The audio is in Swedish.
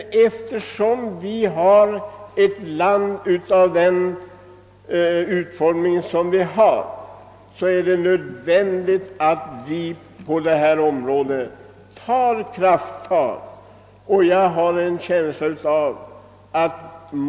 Med hänsyn till vårt lands utformning är det nödvändigt att vi tar krafttag på detta område.